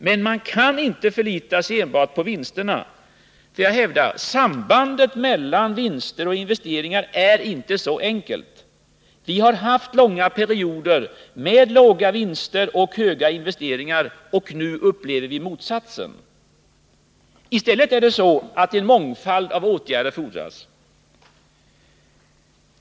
Men man kan inte förlita sig enbart på vinsterna. Jag hävdar att sambandet mellan vinster och investeringar inte är så enkelt. Vi har haft långa perioder med låga vinster och höga investeringar. Nu upplever vi motsatsen. I stället erfordras här en mångfald av åtgärder.